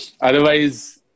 Otherwise